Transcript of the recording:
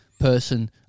person